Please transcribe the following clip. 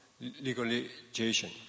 legalization